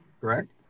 correct